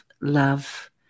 love